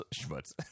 schmutz